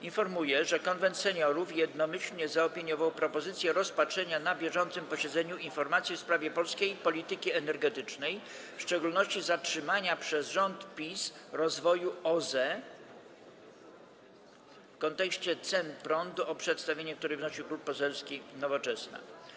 Informuję, że Konwent Seniorów jednomyślnie zaopiniował propozycję rozpatrzenia na bieżącym posiedzeniu informacji w sprawie polskiej polityki energetycznej, w szczególności zatrzymania przez rząd PiS rozwoju OZE w kontekście cen prądu, o przedstawienie której wnosił Klub Poselski Nowoczesna.